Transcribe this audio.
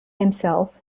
himself